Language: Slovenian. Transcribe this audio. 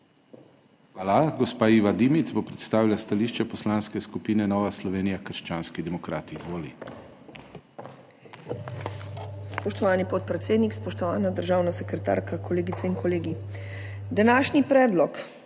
Hvala. Gospa Iva Dimic bo predstavila stališče Poslanske skupine Nova Slovenija – krščanski demokrati. Izvoli. **IVA DIMIC (PS NSi):** Spoštovani podpredsednik, spoštovana državna sekretarka, kolegice in kolegi! Današnji predlog